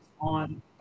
on